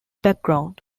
background